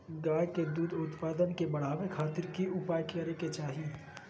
गाय में दूध उत्पादन के बढ़ावे खातिर की उपाय करें कि चाही?